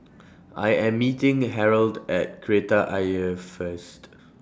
I Am meeting Harold At Kreta Ayer First